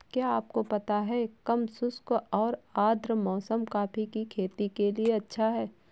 क्या आपको पता है कम शुष्क और आद्र मौसम कॉफ़ी की खेती के लिए अच्छा है?